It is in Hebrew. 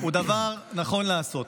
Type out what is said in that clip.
הוא דבר נכון לעשות.